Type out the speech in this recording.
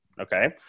okay